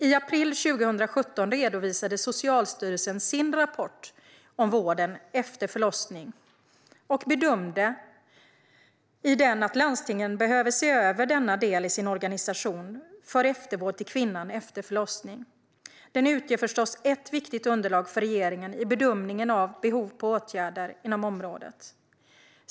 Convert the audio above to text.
I april 2017 redovisade Socialstyrelsen sin rapport om vården efter förlossning och bedömde i den att landstingen behöver se över denna och sin organisation för eftervård till kvinnan efter förlossning. Den utgör förstås ett viktigt underlag för regeringen i bedömningen av behov av åtgärder inom området.